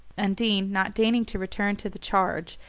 undine, not deigning to return to the charge,